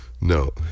No